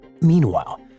Meanwhile